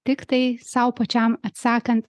tiktai sau pačiam atsakant